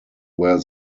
where